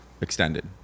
extended